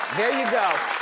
there you go.